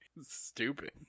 stupid